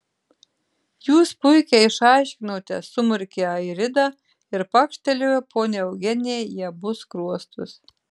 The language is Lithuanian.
jūs puikiai išaiškinote sumurkė airida ir pakštelėjo poniai eugenijai į abu skruostus